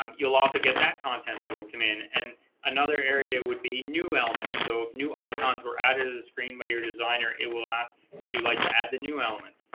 um you'll also get that content that will come in and another area would be new elements so new icons were added as a screen by your designer it will ask which you would like to add the new element